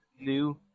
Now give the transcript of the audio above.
new